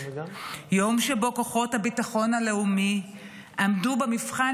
יום שבו כוחות הביטחון הלאומי עמדו במבחן